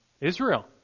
Israel